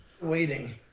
waiting